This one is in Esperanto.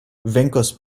venkos